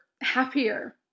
happier